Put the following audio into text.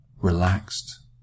relaxed